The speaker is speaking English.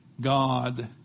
God